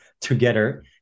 together